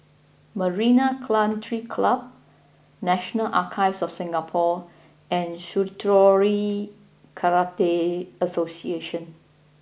Marina Country Club National Archives of Singapore and Shitoryu Karate Association